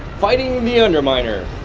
fighting the underminer.